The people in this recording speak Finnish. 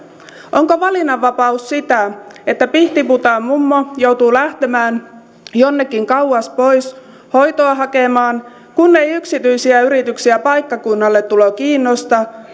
onko valinnan vapaus sitä että pihtiputaan mummu joutuu lähtemään jonnekin kauas pois hoitoa hakemaan kun ei yksityisiä yrityksiä paikkakunnalle tulo kiinnosta